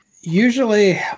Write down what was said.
usually